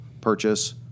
purchase